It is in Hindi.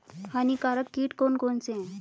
हानिकारक कीट कौन कौन से हैं?